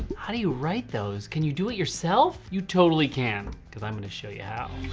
how do you write those? can you do it yourself? you totally can because i'm gonna show you how.